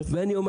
ואני אומר